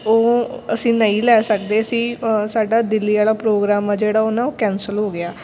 ਉਹ ਅਸੀਂ ਨਹੀਂ ਲੈ ਸਕਦੇ ਸੀ ਸਾਡਾ ਦਿੱਲੀ ਵਾਲਾ ਪ੍ਰੋਗਰਾਮ ਆ ਜਿਹੜਾ ਉਹ ਨਾ ਉਹ ਕੈਂਸਲ ਹੋ ਗਿਆ